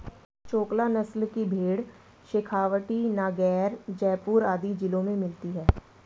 चोकला नस्ल की भेंड़ शेखावटी, नागैर, जयपुर आदि जिलों में मिलती हैं